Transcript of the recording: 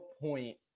point